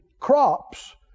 Crops